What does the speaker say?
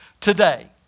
today